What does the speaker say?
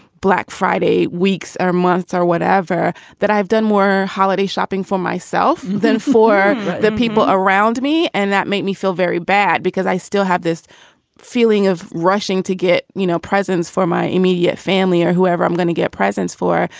black friday weeks or months or whatever, that i've done more holiday shopping for myself than for the people around me. and that made me feel very bad because i still have this feeling of rushing to get, you know, a presence for my immediate family or whoever i'm going to get presents for.